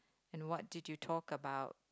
and what did you talk about